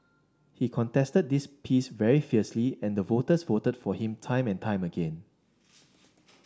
he contested this piece very fiercely and the voters voted for him time and time again